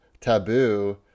taboo